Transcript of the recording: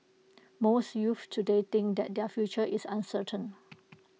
most youths today think that their future is uncertain